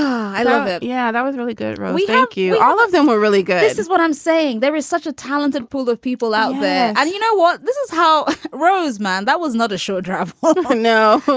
i love it. yeah. that was really good. thank you. all of them were really good. this is what i'm saying. there is such a talented pool of people out there. how do you know what this is? how rosemann. that was not a shoulder ah of the ah know.